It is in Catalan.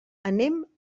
anem